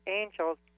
angels